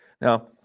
Now